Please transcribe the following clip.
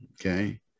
Okay